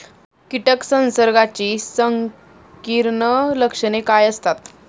कीटक संसर्गाची संकीर्ण लक्षणे काय असतात?